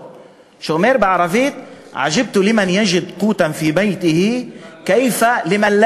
שאומר בערבית: עג'בּת למן לא יג'ד קותן פי בּיתה כּיפ לא יח'רג'